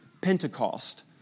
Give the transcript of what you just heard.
Pentecost